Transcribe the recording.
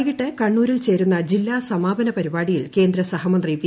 വൈകിട്ട് കണ്ണൂരിൽ ചേരുന്ന ജില്ലാ സമാപന പരിപാടിയിൽ കേന്ദ്ര സഹമന്ത്രി വി